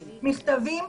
מכתבים,